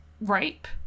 rape